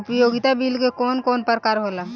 उपयोगिता बिल के कवन कवन प्रकार होला?